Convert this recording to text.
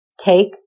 Take